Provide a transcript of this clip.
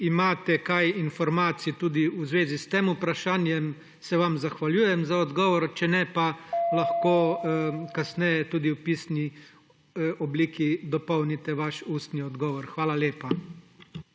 imate kaj informacij tudi v zvezi s tem vprašanjem, se vam zahvaljujem za odgovor, če ne, pa lahko kasneje tudi v pisni obliki dopolnite vaš ustni odgovor. Hvala lepa.